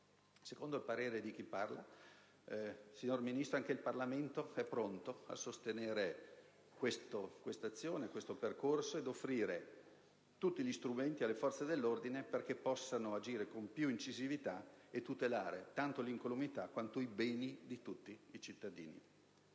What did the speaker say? Secondo il parere di chi parla, signor Ministro, anche il Parlamento è pronto a sostenere quest'azione e questo percorso, per offrire alle forze dell'ordine tutti gli strumenti perché possano agire con più incisività e tutelare tanto l'incolumità, quanto i beni di tutti i cittadini.